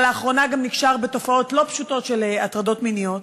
אבל לאחרונה גם נקשר בתופעות לא פשוטות של הטרדות מיניות.